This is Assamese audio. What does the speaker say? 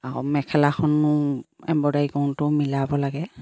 আৰু মেখেলাখনো এম্ব্ৰইডাৰী কৰোঁতেও মিলাব লাগে